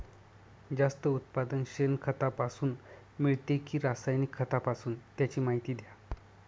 जास्त उत्पादन शेणखतापासून मिळते कि रासायनिक खतापासून? त्याची माहिती द्या